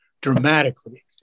dramatically